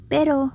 Pero